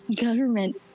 Government